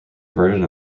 version